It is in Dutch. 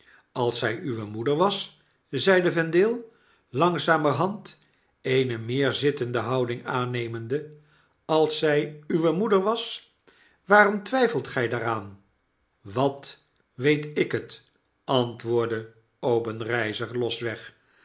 als zij uwe moeder was zeide vendale langzamerhand eene meer zittende houding aannemende als zij uwe moeder was waarom twijfelt gij daaraan wat weet ik het antwoordde obenreizer losweg